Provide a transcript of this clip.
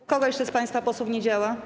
U kogo jeszcze z państwa posłów nie działa?